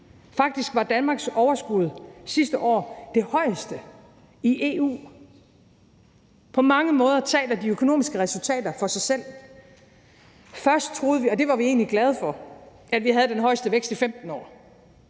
Faktisk var Danmarks overskud sidste år det højeste i EU. På mange måder taler de økonomiske resultater for sig selv. Kl. 09:26 Først troede vi – og det var vi egentlig glade for – at vi havde den højeste vækst i 15 år.